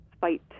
Fight